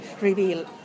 reveal